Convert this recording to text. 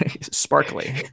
Sparkly